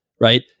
Right